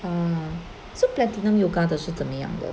err so Platinum Yoga 的是怎么样的